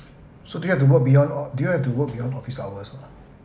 so do you have to work beyond o~ do you have to work beyond office hours ah